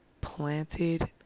planted